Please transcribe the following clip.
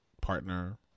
partner